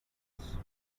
else